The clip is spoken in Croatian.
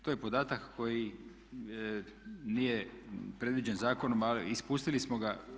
To je podatak koji nije predviđen zakonom ali ispustili smo ga.